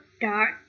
dark